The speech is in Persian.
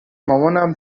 مامانم